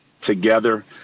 together